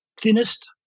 thinnest